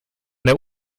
der